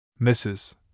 Mrs